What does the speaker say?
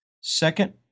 Second